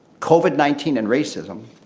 covid nineteen and racism,